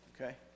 okay